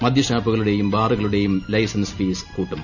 മദ്യഷാപ്പുകളുടെയും ബാറുകളുടെയും licence fees കൂട്ടും